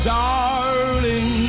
darling